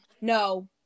No